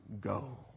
go